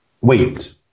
wait